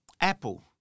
Apple